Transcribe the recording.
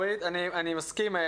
אני מסכים.